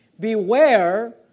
Beware